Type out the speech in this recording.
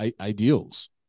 ideals